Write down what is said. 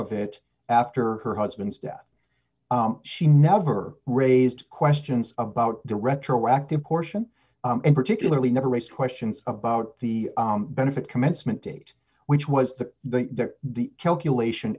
of it after her husband's death she never raised questions about the retroactive portion and particularly never raced questions about the benefit commencement date which was to the calculation